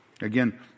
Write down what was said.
again